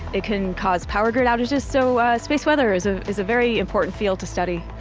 it can cause power grid outages. so, ah, space weather is a is a very important field to study.